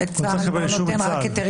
צה"ל לא נותן אלא רק היתרים מיוחדים.